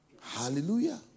Hallelujah